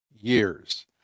years